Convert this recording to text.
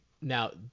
Now